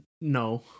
No